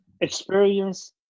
Experience